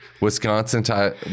Wisconsin